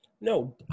No